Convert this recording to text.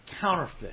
counterfeit